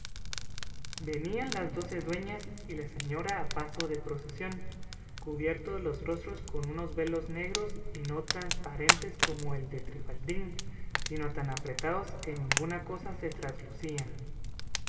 venían las doce dueñas y la señora a paso de procesión cubiertos los rostros con unos velos negros y no trasparentes como el de trifaldín sino tan apretados que ninguna cosa se traslucían